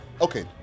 okay